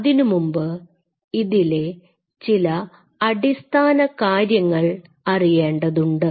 അതിനുമുമ്പ് ഇതിലെ ചില അടിസ്ഥാന കാര്യങ്ങൾ അറിയേണ്ടതുണ്ട്